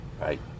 Right